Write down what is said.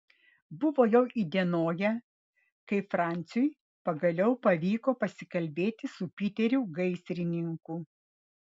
buvo jau įdienoję kai franciui pagaliau pavyko pasikalbėti su piteriu gaisrininku